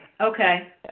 okay